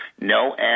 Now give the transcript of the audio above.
No